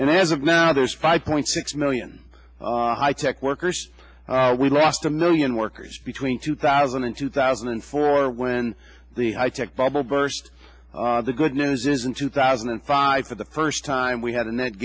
and as of now there's five point six million high tech workers we lost a million workers between two thousand and two thousand and four when the high tech bubble burst the good news is in two thousand and five for the first time we had a net